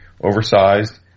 oversized